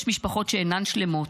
יש משפחות שאינן שלמות.